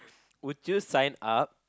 would you sign up